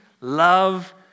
love